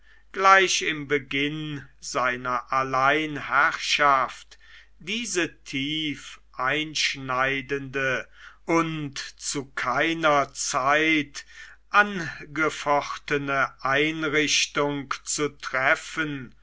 gleich im beginn seiner alleinherrschaft diese tief einschneidende und zu keiner zeit angefochtene einrichtung zu treffen